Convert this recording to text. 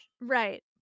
right